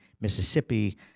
Mississippi